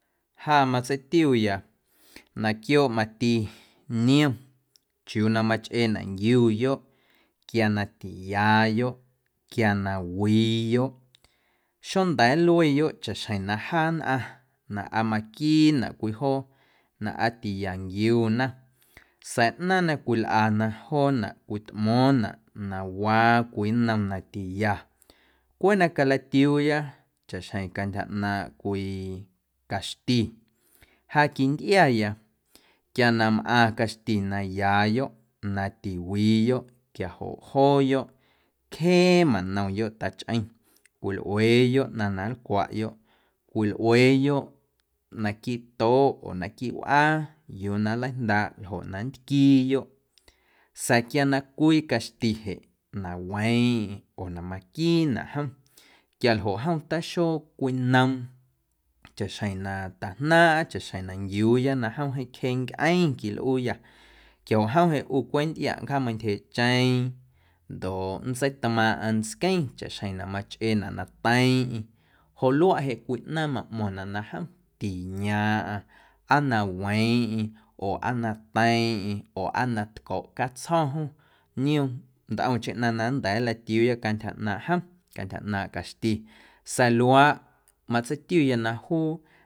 Ja matseitiuya na quiooꞌ mati niom chiuu na machꞌeenaꞌ nquiuyoꞌ quia na tiyaayoꞌ, quia na wiiyoꞌ xonda̱a̱ nlueyoꞌ chaꞌxjeⁿ na jaa nnꞌaⁿ na aa maquiinaꞌ cwii joo na aa tiya nquiuna sa̱a̱ ꞌnaaⁿ na cwilꞌana joonaꞌ cwitꞌmo̱o̱ⁿnaꞌ na waa cwii nnom na tiya cweꞌ na calatiuuya chaꞌxjeⁿ na cantyja ꞌnaaⁿꞌ cwii caxti ja quintꞌiaya quia na mꞌaⁿ caxti na yaayoꞌ na tiwiiyoꞌ quiajoꞌ jooyoꞌ cjee manomyoꞌ tachꞌeⁿ cwilꞌueeyoꞌ ꞌnaⁿ na nlcwaꞌyoꞌ, cwilꞌueeyoꞌ naquiiꞌ toꞌ oo naquiiꞌ wꞌaa yuu na nleijndaaꞌ ljoꞌ na nntquiiyoꞌ sa̱a̱ quia na cwii caxti jeꞌ na weeⁿꞌeⁿ oo na maquiinaꞌ jom quialjoꞌ jom taxocwinoom chaꞌxjeⁿ na tajnaaⁿꞌa chaꞌxjeⁿ na nquiuuya na jom jeeⁿ cjee ncꞌeⁿ quilꞌuuyâ quiajoꞌ jom jeꞌ ꞌu cweꞌ nntꞌiaꞌ nncjaameiⁿntyjeeꞌcheeⁿ ndoꞌ nntseitmaaⁿꞌaⁿ ntsqueⁿ chaꞌxjeⁿ na machꞌeenaꞌ na teiiⁿꞌeⁿ joꞌ luaꞌ cwii ꞌnaaⁿ maꞌmo̱ⁿnaꞌ na jom tiyaaⁿꞌaⁿ aa na weeⁿꞌeⁿ oo aa na teiiⁿꞌeiⁿ oo aa na tcoꞌ catsjo̱ jom niom ntꞌomcheⁿ ꞌnaⁿ na nnda̱a̱ nlatiuuya cantyja ꞌnaaⁿꞌ jom, cantyja ꞌnaaⁿꞌ caxti sa̱a̱ luaaꞌ matseitiuya na juu.